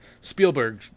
Spielberg